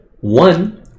One